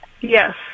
Yes